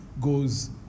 goes